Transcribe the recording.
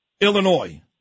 Illinois